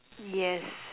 yes